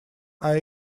are